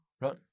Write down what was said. Right